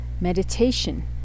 meditation